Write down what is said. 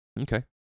Okay